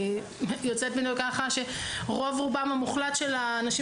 אני יוצאת מנקודת הנחה שרוב רובם המוחלט של האנשים